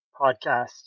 podcast